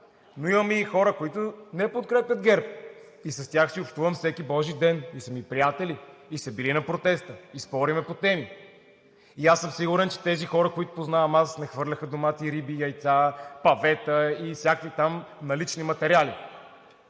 но има и хора, които не подкрепят ГЕРБ. С тях си общувам всеки божи ден и те са ми приятели, били са на протеста и спорим по темата. Сигурен съм, че тези хора, които познавам, не хвърляха домати, риби, яйца, павета и всякакви там налични материали,